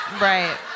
Right